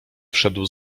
wszedł